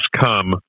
come